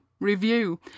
review